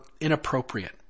inappropriate